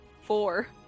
Four